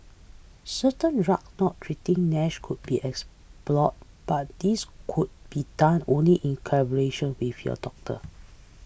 certain drug not treating Nash could be explore but this could be done only in collaboration with your doctor